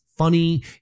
Funny